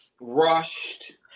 rushed